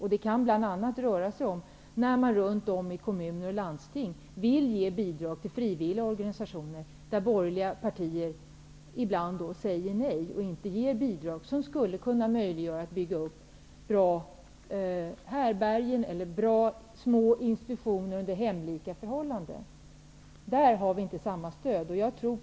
Det kan t.ex. röra sig om att man runt om i kommuner och landsting vill ge bidrag till frivilliga organisationer -- någonting som skulle kunna möjliggöra inrättandet av bra härbärgen eller små institutioner där vården kan bedrivas under hemlika förhållanden --, men där borgerliga partier ibland säger nej. I det fallet har man inte något stöd.